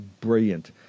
brilliant